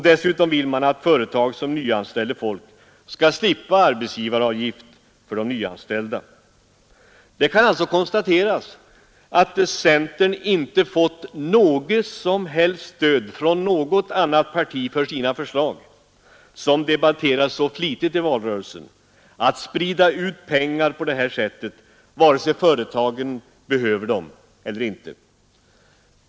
Dessutom vill man att företag som nyanställer folk skall slippa arbetsgivaravgift för de nyanställda. Det kan alltså konstateras att centern inte fått något som helst stöd från något annat parti för sina förslag — som debatterades så flitigt i valrörelsen — att sprida ut pengar på det här sättet, vare sig företagen behöver dem eller inte.